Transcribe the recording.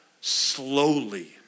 slowly